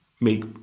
make